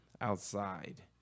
outside